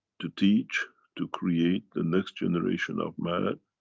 to teach, to create the next generation of man,